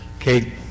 okay